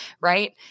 right